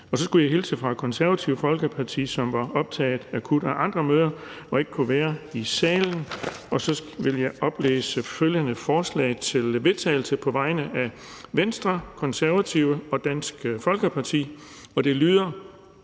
Så skulle jeg hilse fra Konservative Folkeparti, som var akut optaget af andre møder og ikke kunne være i salen. Så vil jeg læse følgende forslag til vedtagelse op på vegne af Venstre, Konservative og Dansk Folkeparti, og det lyder: